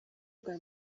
bwa